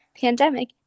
pandemic